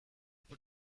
put